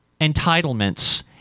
entitlements